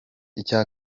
icya